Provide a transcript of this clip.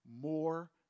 more